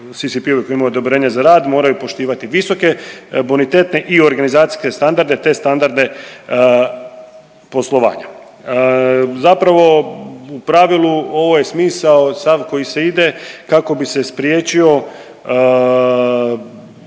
da sama CCP-ovi koji imaju odobrenje za rad moraju poštivati visoke bonitetne i organizacijske standarde, te standarde poslovanja. Zapravo u pravilu ovo je smisao sav koji se ide kako bi se spriječio